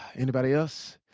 anybody else?